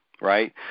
right